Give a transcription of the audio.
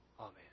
Amen